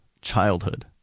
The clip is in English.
childhood